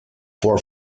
for